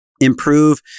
improve